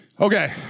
okay